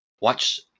watch